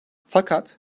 fakat